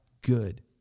good